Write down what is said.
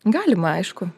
galima aišku